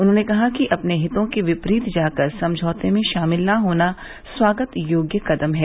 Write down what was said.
उन्होंने कहा कि अपने हितो के विपरीत जाकर समझौते में शामिल न होना स्वागत योग्य कदम है